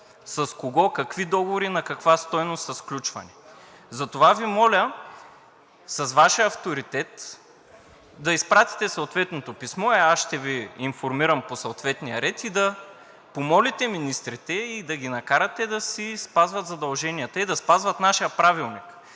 с кого, какви договори, на каква стойност са сключвани. Затова Ви моля, с Вашия авторитет, да изпратите съответното писмо – аз ще Ви информирам по съответния ред, и да помолите министрите, и да ги накарате да си спазват задълженията, и да спазват нашия Правилник,